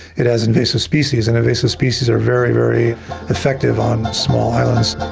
it has invasive species, and invasive species are very, very effective on small islands.